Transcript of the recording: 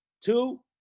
two